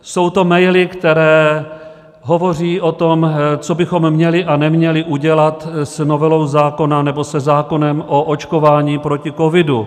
Jsou to maily, které hovoří o tom, co bychom měli a neměli udělat s novelou zákona, nebo se zákonem o očkování proti covidu.